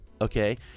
Okay